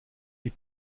wie